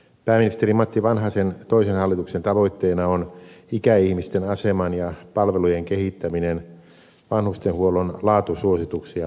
pääministeri matti vanhasen toisen hallituksen tavoitteena on ikäihmisten aseman ja palvelujen kehittäminen vanhustenhuollon laatusuosituksia parantamalla